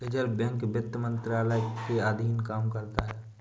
reserve bank वित्त मंत्रालय के अधीन काम करता है